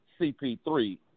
CP3